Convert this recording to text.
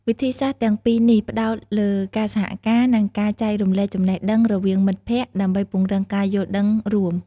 វិធីសាស្ត្រទាំងពីរនេះផ្តោតលើការសហការ និងការចែករំលែកចំណេះដឹងរវាងមិត្តភក្តិ ដើម្បីពង្រឹងការយល់ដឹងរួម។